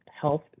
Health